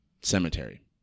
cemetery